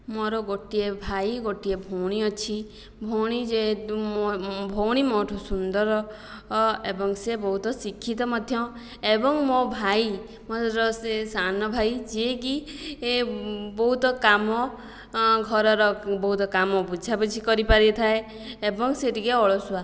ମୋର ଗୋଟିଏ ଭାଇ ଗୋଟିଏ ଭଉଣୀ ଅଛି ଭଉଣୀ ଯେହେତୁ ଭଉଣୀ ମୋ' ଠୁ ସୁନ୍ଦର ଏବଂ ସେ ବହୁତ ଶିକ୍ଷିତ ମଧ୍ୟ ଏବଂ ମୋ' ଭାଇ ମୋର ସେ ସାନ ଭାଇ ଯିଏକି ବହୁତ କାମ ଘରର ବହୁତ କାମ ବୁଝାବୁଝି କରିପାରିଥାଏ ଏବଂ ସେ ଟିକିଏ ଅଳସୁଆ